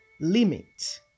Limit